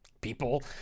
people